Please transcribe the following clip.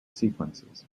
sequences